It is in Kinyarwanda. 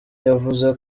yavuze